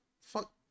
fuck